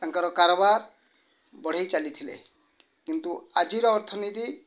ତାଙ୍କର କାରବାର୍ ବଢ଼ାଇ ଚାଲିଥିଲେ କିନ୍ତୁ ଆଜିର ଅର୍ଥନୀତି